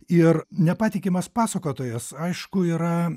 ir nepatikimas pasakotojas aišku yra